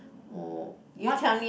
uh what